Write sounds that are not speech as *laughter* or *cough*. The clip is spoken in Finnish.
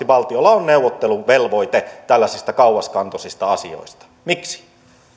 *unintelligible* valtiolla on neuvotteluvelvoite tällaisista kauaskantoisista asioista miksi